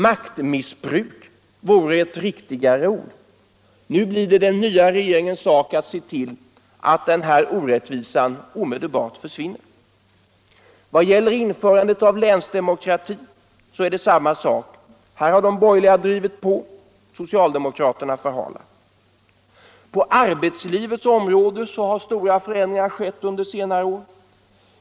Maktmissbruk vore ett riktigare ord. Nu blir det den nya regeringens sak att se till att denna orättvisa omedelbart försvinner. Vad gäller införandet av länsdemokrati är det samma sak. Här har de borgerliga drivit på — socialdemokraterna förhalat. På arbetslivets område har stora förändringar skett under senare år.